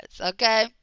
Okay